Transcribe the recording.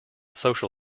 social